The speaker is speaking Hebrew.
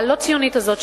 הלא-ציונית הזאת,